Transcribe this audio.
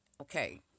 Okay